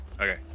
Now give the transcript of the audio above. Okay